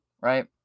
Right